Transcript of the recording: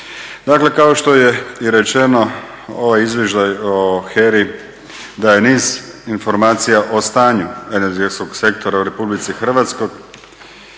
Dakle, kao što je i rečeno, ovoj izvještaj o HERA-i daje niz informacija o stanju energetskog sektora u Republici Hrvatskoj